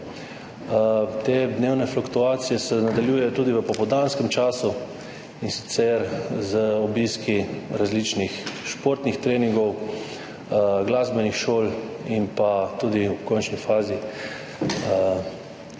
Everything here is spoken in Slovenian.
Te dnevne fluktuacije se nadaljujejo tudi v popoldanskem času, in sicer z obiski različnih športnih treningov, glasbenih šol in v končni fazi po